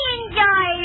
enjoy